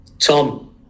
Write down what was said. Tom